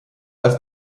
als